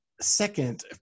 second